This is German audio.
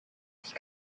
sich